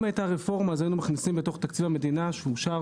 אם הייתה רפורמה היינו מכניסים בתוך תקציב המדינה שאושר